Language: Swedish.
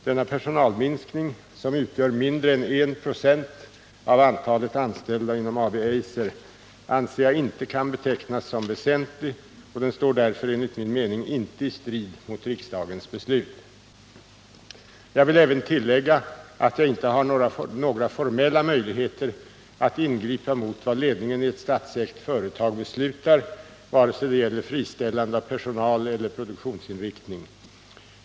Denna personalminskning, som utgör mindre än 1 96 av antalet anställda inom AB Eiser, anser jag inte kan betecknas som väsentlig och står därför enligt min mening inte i strid mot riksdagens beslut. Jag vill även tillägga att jag inte har några formella möjligheter att ingripa mot vad ledningen i ett statsägt aktiebolag beslutar, vare sig det gäller friställande av personal, produktionsinriktning eller något annat.